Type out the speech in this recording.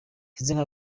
irimo